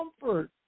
comfort